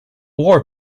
war